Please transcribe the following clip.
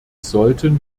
sollten